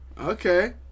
Okay